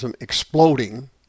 exploding